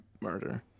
murder